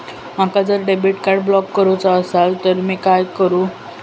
माका जर debit card block करूचा असला तर मी काय करू?